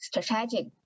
strategic